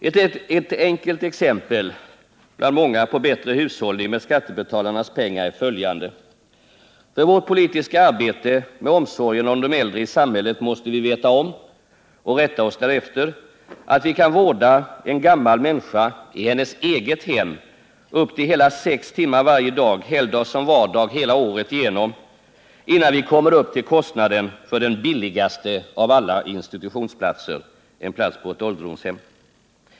Ett enkelt exempel bland många på bättre hushållning med skattebetalarnas pengar är följande. För vårt politiska arbete med omsorgen om de äldre i samhället måste vi känna till — och rätta oss därefter — att vi kan vårda en gammal människa i hennes eget hem upp till hela sex timmar varje dag — helgdag som vardag hela året om — innan vi kommer upp till kostnaden för den billigaste av alla institutionsplatser, en plats på ett ålderdomshem.